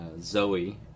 Zoe